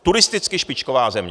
Turistická špičková země.